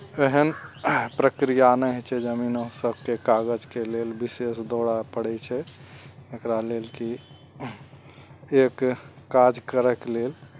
एहन प्रक्रिया नहि होइ छै जमीनो सबके कागजके लेल विशेष दौड़ऽ पड़य छै एकरा लेल कि एक काज करयके लेल